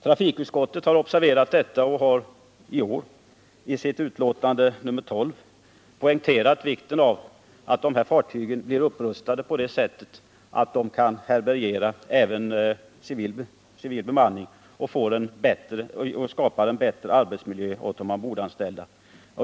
Trafikutskottet har observerat detta och har i år i sitt betänkande nr 12 poängterat vikten av att fartygen blir utrustade på det sättet att de kan härbärgera även civilbemanning och erbjuda en bättre arbetsmiljö åt de ombordanställda.